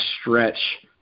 stretch